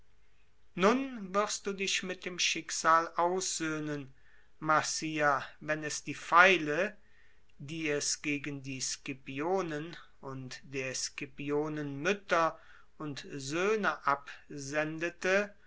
nun wirst du dich mit dem schicksal aussöhnen marcia wenn es die pfeile die es gegen die scipionen und der scipionen mütter und söhne absendete